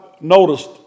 noticed